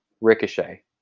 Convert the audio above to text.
ricochet